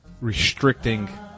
restricting